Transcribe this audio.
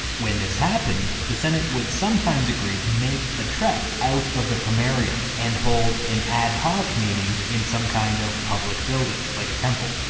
when this happened, the senate would sometimes agree to make the trek out of the pomerium and hold an ad-hoc meeting in some kind of public building like a temple.